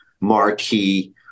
marquee